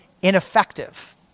ineffective